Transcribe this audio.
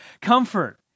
comfort